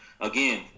again